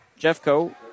Jeffco